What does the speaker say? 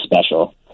special